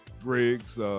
Griggs